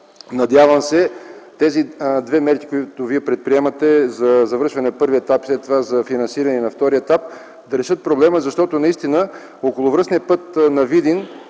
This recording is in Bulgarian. Надявам се тези две мерки, които Вие предприемате за завършване на първия етап, а след това и за финансиране на втория етап, да решат проблема, защото околовръстният път на Видин,